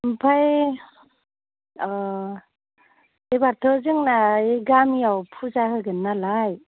ओमफ्राय अ एबारैथ' जोंना गामियाव फुजा होगोन नालाय